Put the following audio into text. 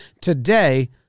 today